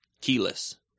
keyless